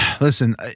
Listen